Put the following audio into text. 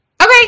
okay